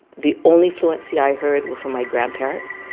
the only fluency i heard were from my grandparents.